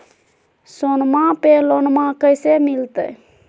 सोनमा पे लोनमा कैसे मिलते?